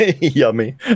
Yummy